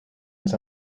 his